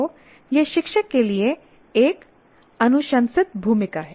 तो यह शिक्षक के लिए एक अनुशंसित भूमिका है